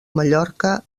mallorca